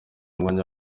mwanya